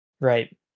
Right